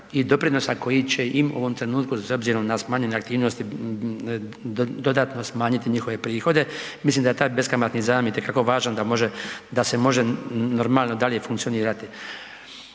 i doprinosa koji će im u ovom trenutku s obzirom na smanjene aktivnosti, dodatno smanjiti njihove prihode. Mislim da je taj beskamatni zajam itekako važan da se može normalno dalje funkcionirati.